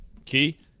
Key